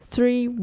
Three